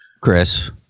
Chris